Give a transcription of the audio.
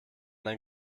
dein